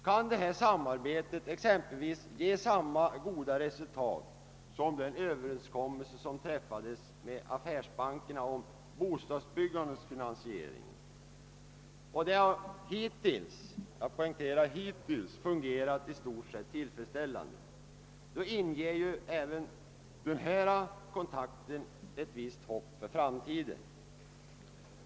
Kan detta samarbete exempelvis ge lika gott resultat som den överenskommelse som träffades med affärsbankerna om bostadsbyggandets finansiering och vilken hittills — jag poängterar hittills — i stort sett fungerat tillfredsställande, så inger den nu ifrågavarande kontakten ett visst hopp för framtiden.